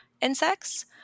insects